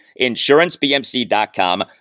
insurancebmc.com